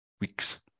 weeks